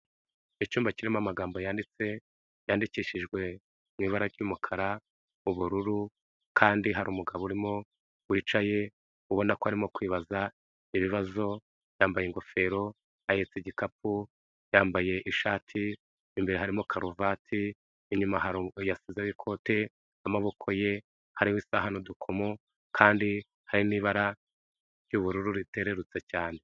Icyumba kirimo amagambo yanditse, yandikishijwe mu ibara ry'umukara, ubururu, kandi hari umugabo urimo wicaye, ubona ko arimo kwibaza ibibazo, yambaye ingofero, ahetse igikapu, yambaye ishati, imbere harimo karuvati, inyuma yashyizeho ikote n'amaboko ye, hariho isaha n'udukomo kandi hari n'ibara ry'ubururu riterutsa cyane.